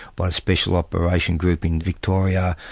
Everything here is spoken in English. by special operation group in victoria,